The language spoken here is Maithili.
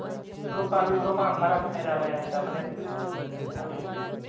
दस रुपैआ बीस रुपैआ फरक नहि रहलै हन तऽ अपने